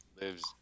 Lives